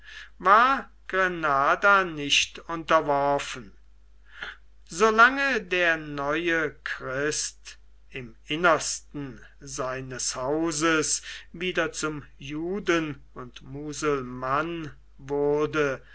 war granada nicht unterworfen so lange der neue christ im innersten seinem hauses wieder zum juden und muselmann wurde